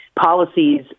policies